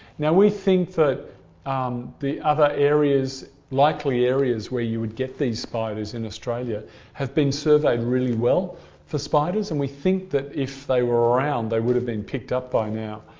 now we think that um the other likely areas where you would get these spiders in australia have been surveyed really well for spiders and we think that if they were around, they would have been picked up by now.